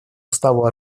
уставу